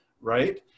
right